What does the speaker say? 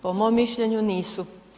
Po mom mišljenju nisu.